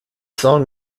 song